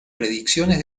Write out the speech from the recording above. predicciones